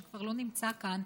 שכבר לא נמצא כאן,